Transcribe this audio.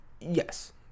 Yes